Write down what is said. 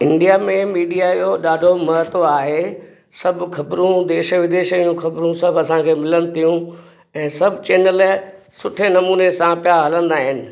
India में media जो ॾाढो महत्व आहे सभु ख़बरूं देश विदेश जूं ख़बरूं सभु असांखे मिलनि थियूं ऐं सभु चैनल सुठे नमूने सां पिया हलंदा आहिनि